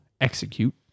execute